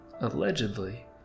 Allegedly